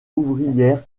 ouvrière